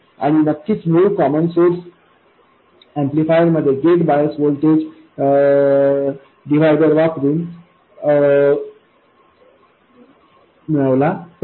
आणि नक्कीच मूळ कॉमन सोर्स ऍम्प्लिफायर मध्ये गेट बायस व्होल्टेज डिव्हायडर वापरून मिळवला होता